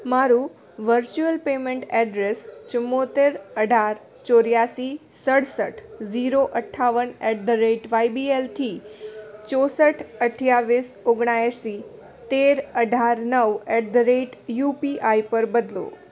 મારું virtual payment address ચુંવોતેર અઢાર ચોર્યાસી સડસઠ ઝીરો અઠ્ઠાવન at the rate Y B એલથી ચોસઠ અઠ્યાવીસ ઓગણા એંસી તેર અઢાર નવ at the rate U P I પર બદલો